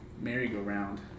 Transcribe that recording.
merry-go-round